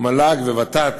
מל"ג וות"ת,